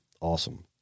awesome